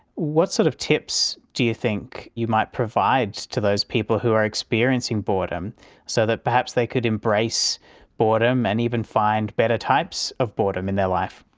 what sort of tips do you think you might provide to those people who are experiencing boredom so that perhaps they could embrace boredom and even find better types of boredom in their life?